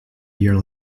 year